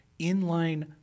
inline